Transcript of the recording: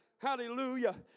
Hallelujah